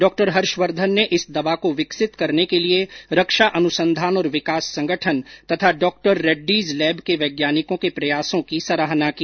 डॉ हर्षवर्द्वन ने इस दवा को विकसित करने के लिए रक्षा अनुसंधान और विकास संगठन तथा डॉक्टर रेडडीज लैब के वैज्ञानिकों के प्रयासों की सराहना की